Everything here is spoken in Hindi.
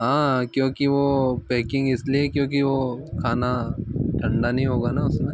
हाँ क्योंकि वो पॅकिंग इसलिए क्योंकि वो खाना ठंडा नहीं होगा न उसमें